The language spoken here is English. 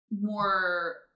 more